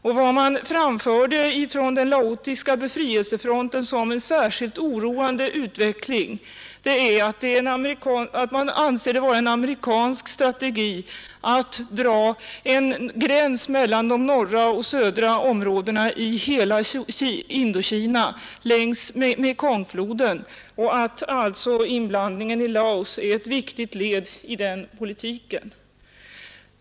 Något man framförde från laotiska befrielsefronten som en särskilt oroväckande utveckling är att man anser att det är en amerikansk strategi att dra en gräns mellan de norra och södra områdena i hela Indokina längs Mekongfloden och att alltså inblandningen i Laos är ett viktigt led i politiken.